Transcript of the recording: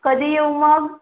कधी येऊ मग